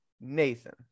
Nathan